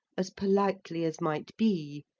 as politely as might be,